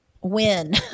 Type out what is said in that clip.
win